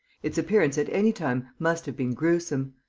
its appearance at any time must have been gruesome.